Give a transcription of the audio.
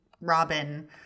Robin